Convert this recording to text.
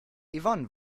yvonne